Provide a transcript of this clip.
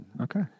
Okay